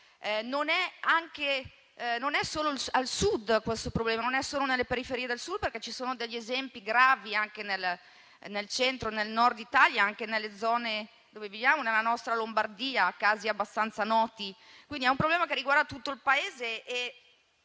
non è solo al Sud, non è solo nelle periferie del Sud perché ci sono esempi gravi anche nel Centro e nel Nord Italia; anche nella zona dove vivo, nella nostra Lombardia, ci sono casi abbastanza noti, quindi è un problema che riguarda tutto il Paese.